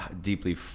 deeply